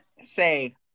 say